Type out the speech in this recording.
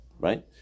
right